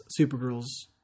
Supergirl's